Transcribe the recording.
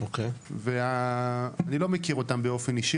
אני לא מכיר אותם באופן אישי,